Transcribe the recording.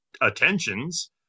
attentions